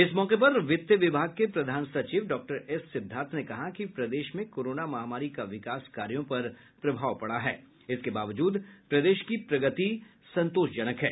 इस मौके पर वित्त विभाग के प्रधान सचिव डॉक्टर एस सिद्वार्थ ने कहा कि प्रदेश में कोरोना महामारी का विकास कार्यों पर प्रभाव पड़ा है इसके बावजूद प्रदेश की प्रगति संतोषजनक है